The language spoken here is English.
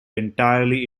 entirely